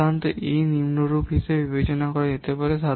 সাধারণত E নিম্নরূপ হিসাবে বিবেচনা করা যেতে পারে